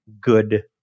good